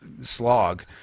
slog